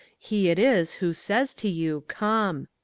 he it is who says to you, come.